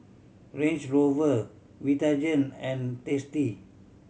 Range Rover Vitagen and Tasty